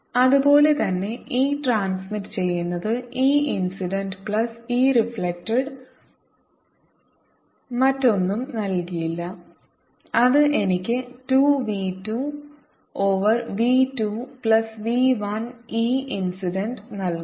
അതുപോലെ തന്നെ e transmit ചെയ്യുന്നത് e incident plus e reflected മറ്റൊന്നും നൽകില്ല അത് എനിക്ക് 2 v 2 over v 2 plus v 1 e incident നൽകും